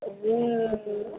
அது ம்